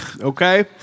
Okay